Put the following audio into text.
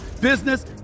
business